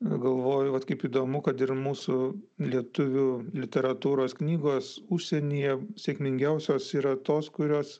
galvojau vat kaip įdomu kad ir mūsų lietuvių literatūros knygos užsienyje sėkmingiausios yra tos kurios